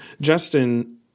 Justin